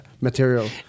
material